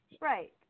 right